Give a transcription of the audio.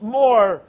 more